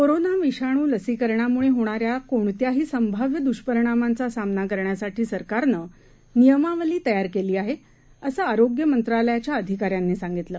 कोरोनाविषाणूलसिकरणामुळेहोणाऱ्याकोणत्याहीसंभाव्यदुष्परिणामांचासामनाकरण्यासाठीसरकारनंनियमावलीतयारकेलीआहे असंआरोग्यमंत्रालयाच्याअधिकाऱ्यांनीसांगितलं